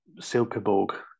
Silkeborg